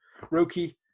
Roki